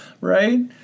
right